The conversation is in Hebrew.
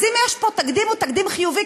אז אם יש פה תקדים הוא תקדים חיובי,